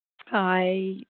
Hi